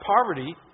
Poverty